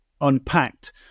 unpacked